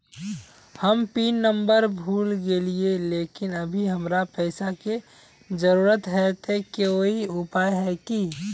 हम pin number भूल गेलिये लेकिन अभी हमरा पैसा के जरुरत है ते कोई उपाय है की?